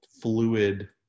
fluid